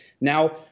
Now